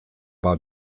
war